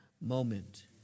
moment